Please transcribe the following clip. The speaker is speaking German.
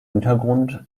untergrund